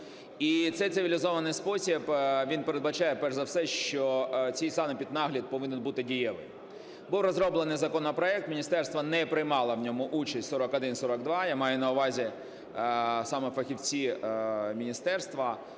І цей цивілізований спосіб, він передбачає перш за все, що цей санепіднагляд повинен бути дієвим. Був розроблений законопроект – міністерство не приймало в ньому участь – 4142, я маю на увазі, саме фахівців міністерства.